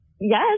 Yes